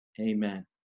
Amen